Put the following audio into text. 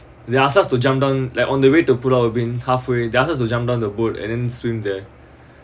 they ask us to jump down like on the way to pulau ubin halfway they ask to jump down the boat and then swim there